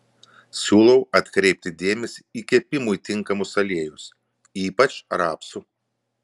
siūlau atkreipti dėmesį į kepimui tinkamus aliejus ypač rapsų